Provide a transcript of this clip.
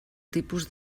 tipus